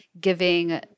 giving